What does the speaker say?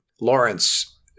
Lawrence